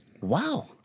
Wow